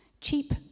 cheap